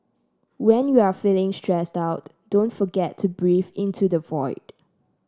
when you are feeling stressed out don't forget to breathe into the void